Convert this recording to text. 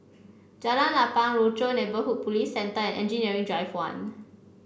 Jalan Lapang Rochor Neighborhood Police Centre and Engineering Drive One